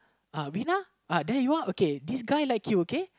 uh Rinauhthere you uh this guy like you okay